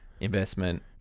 investment